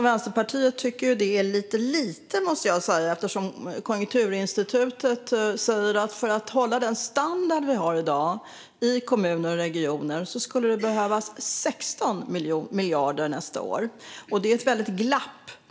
Vänsterpartiet tycker att det är lite med tanke på att Konjunkturinstitutet säger att det skulle behövas 16 miljarder nästa år för att man ska kunna hålla den standard som finns i dag i kommuner och regioner. Som det är nu finns ett väldigt glapp.